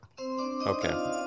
Okay